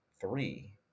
three